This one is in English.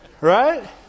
Right